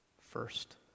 first